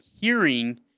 hearing